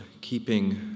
keeping